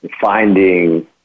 finding